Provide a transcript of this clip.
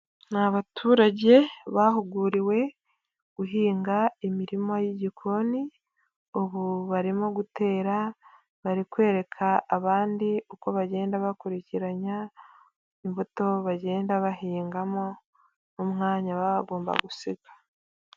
Ni abaturage bahuguriwe guhinga imirima y'igikoni, ubu barimo gutera bari kwereka abandi uko bagenda bakurikiranya imbuto bagenda bahingamo n'umwanya baba bagomba gusiga.